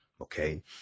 okay